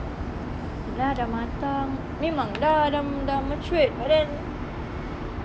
ye lah dah matang memang lah dah matured but then